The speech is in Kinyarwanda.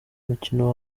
mukino